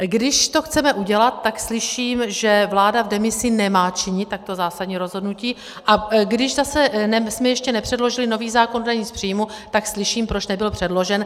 Když to chceme udělat, tak slyším, že vláda v demisi nemá činit takto zásadní rozhodnutí, a když zase jsme ještě nepředložili nový zákon o dani z příjmu, tak slyším, proč nebyl předložen.